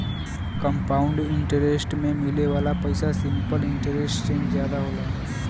compound interest में मिले वाला पइसा सिंपल इंटरेस्ट से जादा होला